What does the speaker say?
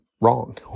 wrong